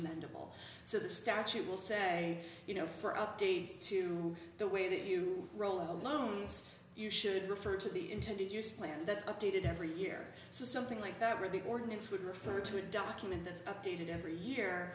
all so the statute will say you know for updates to the way that you roll the loans you should refer to the intended use plan that's updated every year so something like that where the ordinance would refer to a document that's updated every year